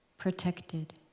protected